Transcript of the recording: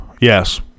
yes